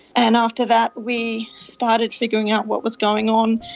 and after that we started figuring out what was going on,